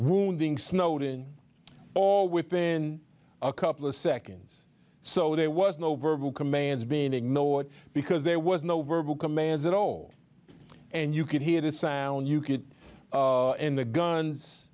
wounding snowden all within a couple of seconds so there was no verbal commands being ignored because there was no verbal commands at all and you could hear the sound you could in the guns